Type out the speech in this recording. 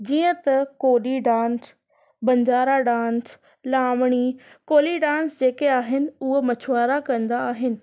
जीअं त कोॾी dance Banjara dance Lavani Koli dance जेके आहिनि उहे मछवारा कंदा आहिनि